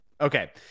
Okay